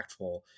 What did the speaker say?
impactful